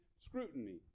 scrutiny